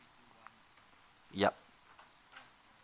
yup